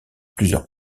plusieurs